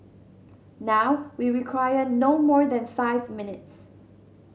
now we require no more than five minutes